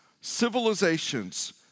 civilizations